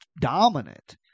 dominant